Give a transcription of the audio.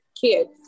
kids